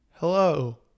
Hello